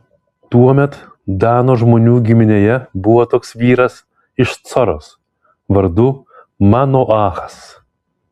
tuomet dano žmonių giminėje buvo toks vyras iš coros vardu manoachas